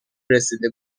رسیده